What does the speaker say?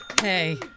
Hey